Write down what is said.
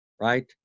right